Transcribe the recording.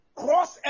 cross